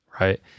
right